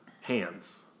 hands